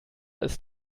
ist